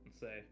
say